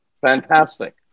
fantastic